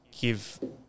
give